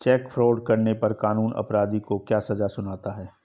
Check fraud करने पर कानून अपराधी को क्या सजा सुनाता है?